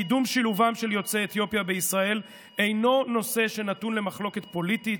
קידום שילובם של יוצאי אתיופיה בישראל אינו נושא שנתון למחלוקת פוליטית,